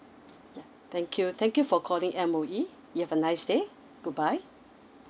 thank you thank you for calling M_O_E you have a nice day goodbye